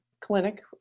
clinic